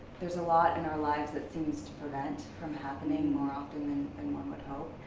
there's a lot in our lives that seems to prevent from happening more often than and one would hope.